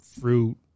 fruit